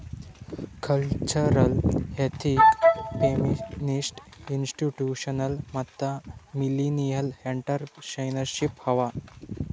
cultural, ethnic, feminist, institutional ಮತ್ತ millennial entrepreneurship ಅವಾ